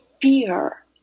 fear